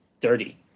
dirty